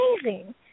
amazing